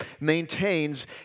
maintains